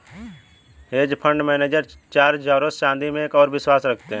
hedge fund manager George Soros चांदी में एक और विश्वास रखते हैं